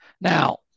now